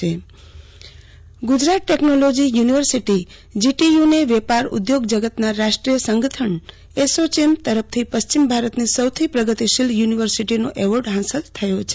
આરતી ભદ્દ જીટીયુને award Gujarat technology university GTU ને વેપાર ઉદ્યોગ જગતના રાષ્ટ્રીય સંગઠન એસોચેમ તરફથી પશ્ચિમ ભારત ની સૌથી પ્રગતિશીલ યુનીવર્સીટીનો એવોર્ડ હાંસલ થયો છે